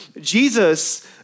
Jesus